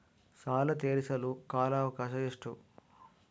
ಸಾಲ ತೇರಿಸಲು ಕಾಲ ಅವಕಾಶ ಎಷ್ಟು?